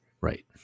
Right